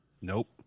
Nope